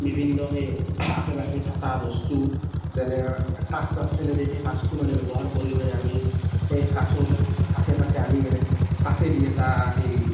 বিভিন্ন সেই আশে পাশে থকা বস্তু যেনে কাঁচ চাঁচ পেলাই দিয়ে সেই কাঁচটো মানে ব্যৱহাৰ কৰি মানে আমি সেই কাঁচৰ আশে পাশে আমি মানে কাঁচেদি এটা সেই